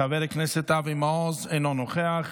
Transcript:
חבר הכנסת אבי מעוז, אינו נוכח.